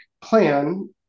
plan